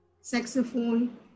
saxophone